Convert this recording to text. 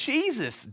Jesus